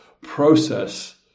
process